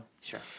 Sure